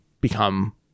become